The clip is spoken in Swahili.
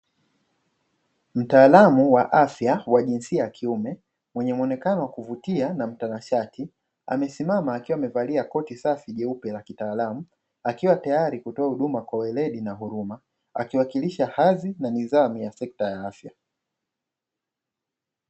Mtaalamu wa afya wa jinsia ya kiume mwenye muonekano wa kuvutia na mtanashati amesimama akiwa amevalia koti safi jeupe la kitaalamu, akiwa tayari kutoa huduma kwa weledi na huruma akiwakilisha hadhi na nidhamu ya sekta ya afya.